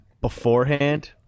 beforehand